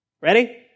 Ready